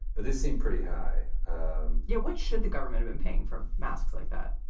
but they seem pretty high and yeah what should the government's been paying for masks like that?